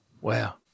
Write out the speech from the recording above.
Wow